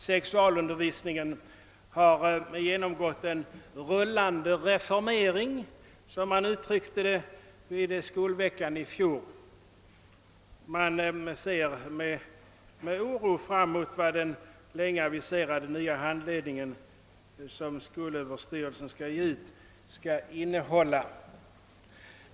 Sexualundervisningen har genomgått en »rullande reformering», som man uttryckte det vid skolveckan i fjol. Man ser med oro fram mot vad den länge aviserade nya handledningen, som skolöverstyrelsen skall ge ut, kommer att innehålla.